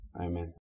Amen